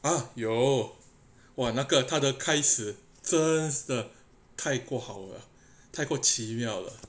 啊有 !wah! 那个他的开始真的太过好了太过奇妙了